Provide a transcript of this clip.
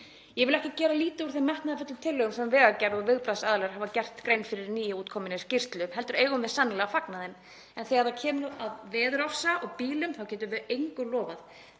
Ég vil ekki gera lítið úr þeim metnaðarfullu tillögum sem Vegagerðin og viðbragðsaðilar hafa gert grein fyrir í nýútkominni skýrslu heldur eigum við sannarlega að fagna þeim. En þegar kemur að veðurofsa og bílum þá getum við engu lofað.